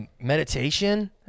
Meditation